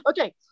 Okay